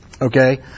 okay